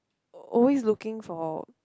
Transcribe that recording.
al~ always looking for